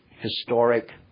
historic